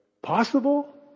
Possible